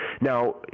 Now